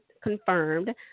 confirmed